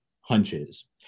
hunches